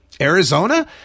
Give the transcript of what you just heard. Arizona